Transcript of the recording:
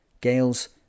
gales